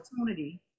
opportunity